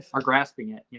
are grasping it, you